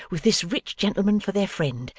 with this rich gentleman for their friend,